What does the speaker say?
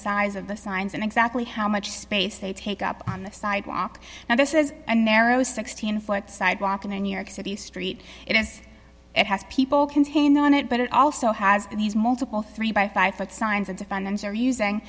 size of the signs and exactly how much space they take up on the sidewalk now this is a narrow sixteen foot sidewalk in a new york city street it is it has people contained on it but it also has these multiple three by five foot signs and defendants are using